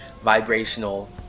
vibrational